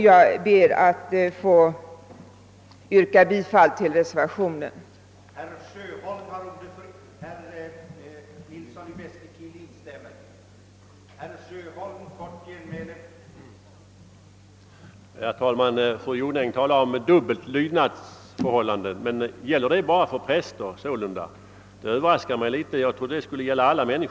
Jag ber att få yrka bifall till reservationen 1.